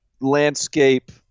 landscape